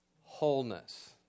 wholeness